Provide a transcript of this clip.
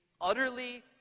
utterly